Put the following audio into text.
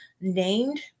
named